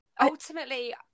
Ultimately